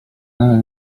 aja